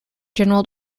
general